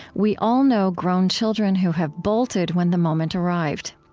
we all know grown children who have bolted when the moment arrived.